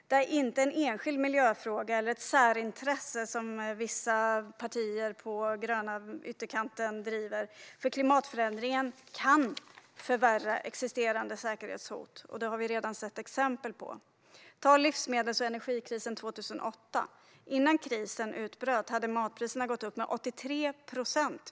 Det är inte en enskild miljöfråga eller ett särintresse som vissa partier på den gröna ytterkanten driver. Klimatförändringen kan förvärra existerande säkerhetshot, vilket vi redan sett exempel på. Ta livsmedels och energikrisen 2008. Innan krisen utbröt hade matpriserna gått upp med 83 procent.